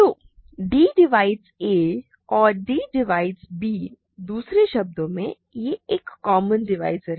तो d divides a और d divides b दूसरे शब्दों में यह एक कॉमन डिवाइज़र है